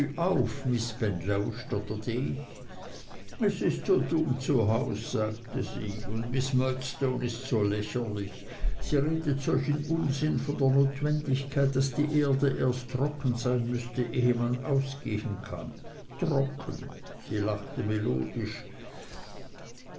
ich es ist so dumm zu haus sagte sie und miß murdstone ist so lächerlich sie redet solchen unsinn von der notwendigkeit daß die erde erst trocken sein müsse ehe man ausgehen kann trocken sie lachte melodisch